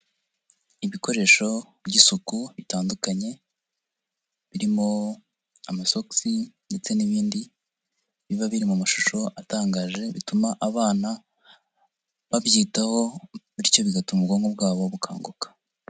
Ibikoresho by'isuku bitandukanye, birimo amasogisi ndetse n'ibindi, biba biri mu mashusho atangaje, bituma abana babyitaho bityo bigatuma ubwonko bwabo bukanguka.